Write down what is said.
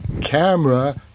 Camera